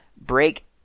break